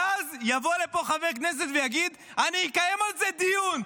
ואז יבוא לפה חבר כנסת ויגיד: אני אקיים על זה דיון.